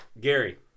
Gary